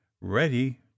ready